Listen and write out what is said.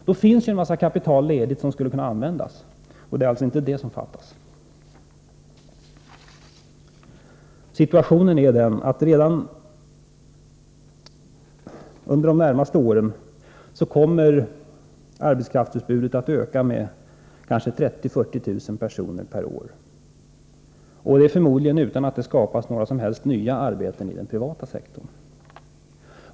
Då måste det finnas en massa ledigt kapital som kan användas. Det är alltså inte kapital som saknas. Redan under de närmaste åren kommer arbetskraftsutbudet att öka med kanske 30 000-40 000 personer per år. Förmodligen skapas det inte några nya arbeten i den privata sektorn.